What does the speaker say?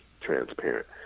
transparent